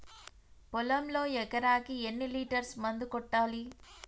పొలంలో ఎకరాకి ఎన్ని లీటర్స్ మందు కొట్టాలి?